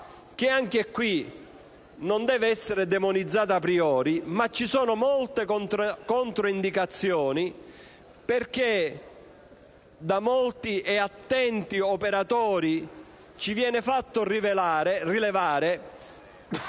Tale figura non deve essere demonizzata *a priori*, ma presenta molte controindicazioni, perché da molti attenti operatori viene fatto rilevare